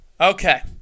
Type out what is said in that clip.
Okay